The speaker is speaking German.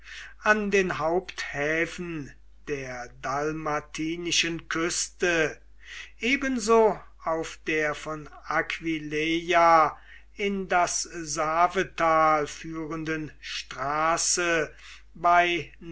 an den haupthäfen der dalmatinischen küste ebenso auf der von aquileia in das savetal führenden straße bei